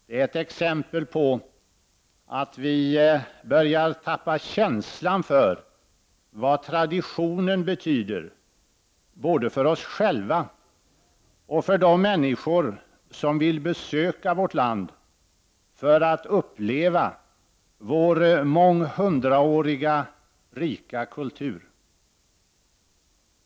Det är ett exempel på att vi tappar känslan för vad traditionen betyder både för oss själva och för de människor som vill besöka vårt land för att uppleva vår månghundraåriga, rika kultur.